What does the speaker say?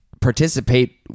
participate